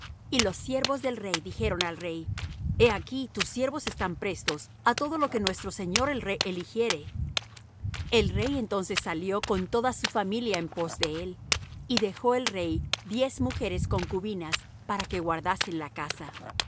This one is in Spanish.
y los siervos del rey dijeron al rey he aquí tus siervos están prestos á todo lo que nuestro señor el rey eligiere el rey entonces salió con toda su familia en pos de él y dejó el rey diez mujeres concubinas para que guardasen la casa